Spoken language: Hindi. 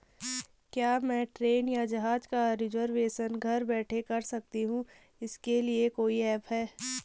क्या मैं ट्रेन या जहाज़ का रिजर्वेशन घर बैठे कर सकती हूँ इसके लिए कोई ऐप है?